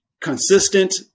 consistent